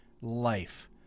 life